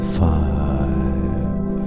five